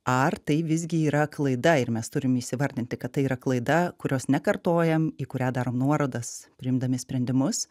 ar tai visgi yra klaida ir mes turim įsivardinti kad tai yra klaida kurios nekartojam į kurią darom nuorodas priimdami sprendimus